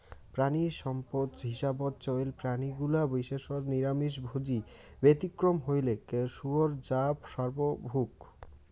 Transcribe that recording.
প্রাণীসম্পদ হিসাবত চইল প্রাণীগুলা বিশেষত নিরামিষভোজী, ব্যতিক্রম হইলেক শুয়োর যা সর্বভূক